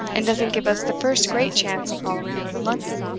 and doesn't give us the first great chance of following her to london,